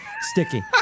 sticky